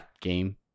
game